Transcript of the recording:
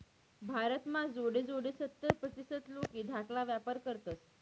भारत म्हा जोडे जोडे सत्तर प्रतीसत लोके धाकाला व्यापार करतस